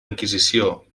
inquisició